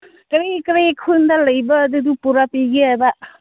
ꯀꯔꯤ ꯀꯔꯤ ꯈꯨꯟꯗ ꯂꯩꯕ ꯑꯗꯨꯗꯨ ꯄꯨꯔꯛꯄꯤꯒꯦꯑꯕ